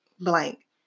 blank